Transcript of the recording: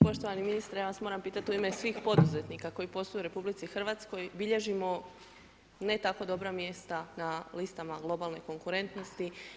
Poštovani ministre, ja vas moram pitati u ime svih poduzetnik koji posluju u RH, bilježimo ne tako dobra mjesta na listama globalne konkurentnosti.